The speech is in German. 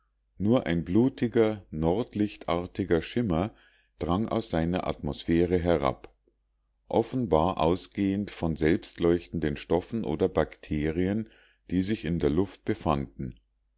nur ein blutiger nordlichtartiger schimmer drang aus seiner atmosphäre herab offenbar ausgehend von selbstleuchtenden stoffen oder bakterien die sich in der luft befanden